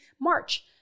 March